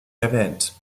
erwähnt